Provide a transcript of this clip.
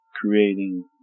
creating